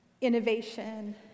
innovation